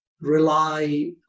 rely